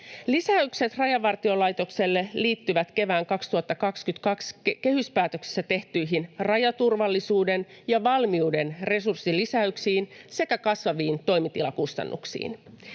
Lisäykset Rajavartiolaitokselle liittyvät kevään 2022 kehyspäätöksessä tehtyihin rajaturvallisuuden ja valmiuden resurssilisäyksiin sekä kasvaviin toimitilakustannuksiin.